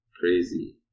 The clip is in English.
crazy